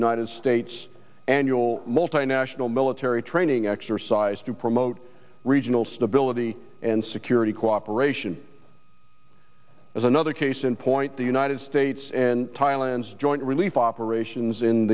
united states annual multinational military training exercise to promote regional stability and security cooperation is another case in point the united states and thailand's joint relief operations in